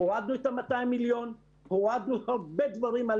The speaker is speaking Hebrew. הורדנו את ה-200 מיליון והורדנו הרבה דברים על